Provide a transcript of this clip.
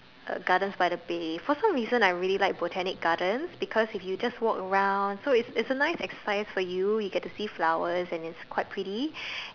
Gardens-by-the-Bay for some reason I really like Botanic-Gardens because if you just walk around so it's it's a nice exercise for you you get to see flowers and it's quite pretty